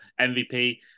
MVP